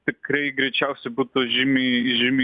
tikrai greičiausiai būtų žymiai žymiai